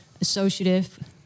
associative